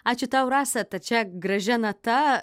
ačiū tau rasa tad šia gražia nata